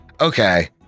okay